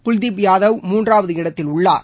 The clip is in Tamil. குல்தீப் யாதவ் மூன்றாவது இடத்தில் உள்ளார்